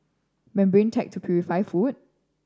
membrane tech to purify food